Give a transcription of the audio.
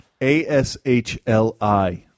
A-S-H-L-I